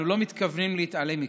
ואנחנו לא מתכוונים להתעלם מכך,